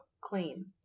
clean